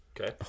Okay